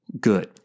good